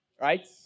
right